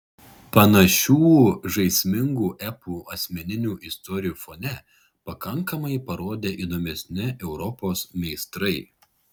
panašių žaismingų epų asmeninių istorijų fone pakankamai parodė įdomesni europos meistrai